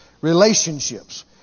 Relationships